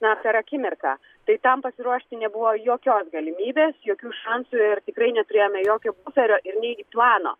na per akimirką tai tam pasiruošti nebuvo jokios galimybės jokių šansų ir tikrai neturėjome jokio buferio ir nei plano